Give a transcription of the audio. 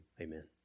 amen